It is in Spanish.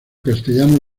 castellano